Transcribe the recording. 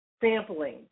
sampling